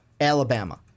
Alabama